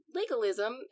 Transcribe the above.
legalism